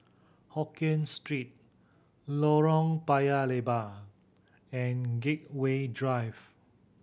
Hokkien Street Lorong Paya Lebar and Gateway Drive